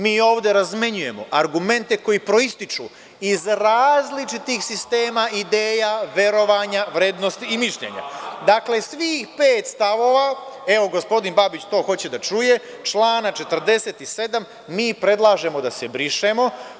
Mi ovde razmenjujemo argumente koji proističu iz različitih sistema, ideja, verovanja, vrednosti i mišljenja. (Zoran Babić, s mesta: Amandman.) Dakle, svih pet stavova, evo gospodin Babić hoće to da čuje, člana 47, mi predlažemo da se briše.